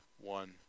one